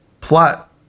plot